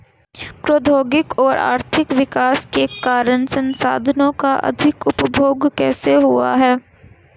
प्रौद्योगिक और आर्थिक विकास के कारण संसाधानों का अधिक उपभोग कैसे हुआ है?